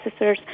processors